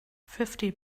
fifty